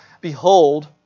Behold